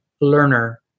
learner